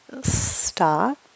stop